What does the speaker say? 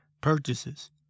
purchases